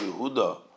Yehuda